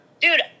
Dude